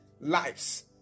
lives